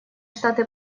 штаты